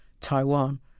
Taiwan